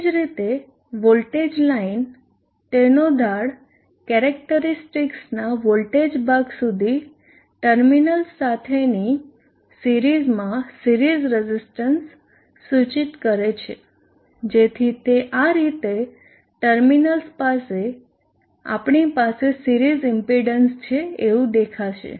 તેવી જ રીતે વોલ્ટેજ લાઇન તેનો ઢાળ કેરેક્ટરીસ્ટિક્સના વોલ્ટેજ ભાગ સુધી ટર્મિનલ્સ સાથેની સિરીઝમાં સિરીઝ રઝીસ્ટન્સ સૂચિત કરશે જેથી તે આ રીતે ટર્મિનલ્સ પાસે આપણી પાસે સિરીઝ ઈમ્પીડન્સ છે એવું દેખાશે